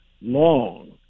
long